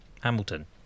Hamilton